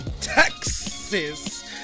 Texas